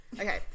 Okay